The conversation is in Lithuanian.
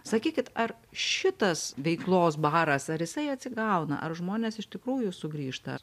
sakykit ar šitas veiklos baras ar jisai atsigauna ar žmonės iš tikrųjų sugrįžta